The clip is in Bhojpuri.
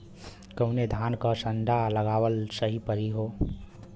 कवने धान क संन्डा लगावल सही परी हो?